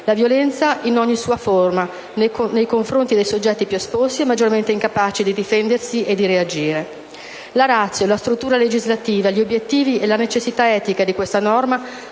la violenza in ogni sua forma nei confronti dei soggetti più esposti e maggiormente incapaci di difendersi e reagire. La *ratio*, la struttura legislativa, gli obiettivi e la necessità etica di questa norma